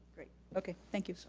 great, okay, thank you.